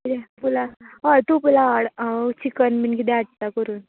किदें पुलाव हय तूं पूलाव हाड हाव चिकन बीन किदेंय हाडटा करून